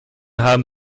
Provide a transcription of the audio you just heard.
haben